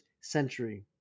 century